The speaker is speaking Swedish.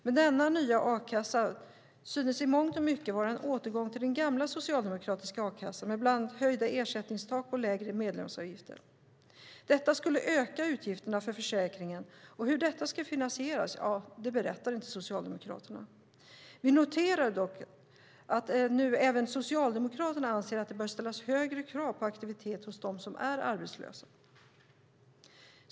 Men denna nya a-kassa synes i mångt och mycket vara en återgång till den gamla socialdemokratiska a-kassan med bland annat höjda ersättningstak och lägre medlemsavgifter. Detta skulle öka utgifterna för försäkringen, men hur detta ska finansieras berättar inte Socialdemokraterna. Vi noterar dock att nu även Socialdemokraterna anser att det bör ställas högre krav på aktivitet hos dem som är arbetslösa.